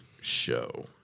show